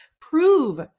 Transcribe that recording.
prove